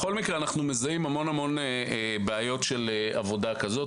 מזהים המון המון בעיות של עבודה כזו.